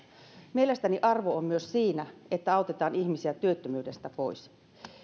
mielestäni arvo on myös siinä että autetaan ihmisiä työttömyydestä pois